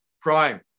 Prime